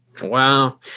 Wow